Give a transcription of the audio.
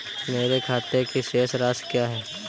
मेरे खाते की शेष राशि क्या है?